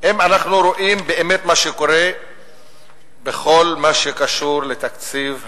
אם אנחנו רואים באמת מה קורה בכל מה שקשור לתקציב הביטחון,